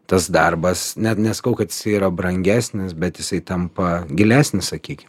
tas darbas net nesakau kad jis yra brangesnis bet jisai tampa gilesnis sakykim